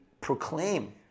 proclaim